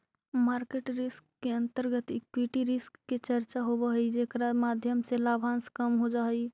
market risk के अंतर्गत equity risk के चर्चा होवऽ हई जेकरा माध्यम से लाभांश कम हो जा हई